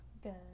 Good